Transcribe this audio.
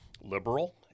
liberal